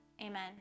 Amen